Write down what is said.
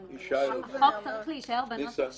החוק צריך להישאר בנוסח שמאריך.